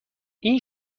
این